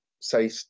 say